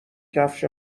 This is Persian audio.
کفش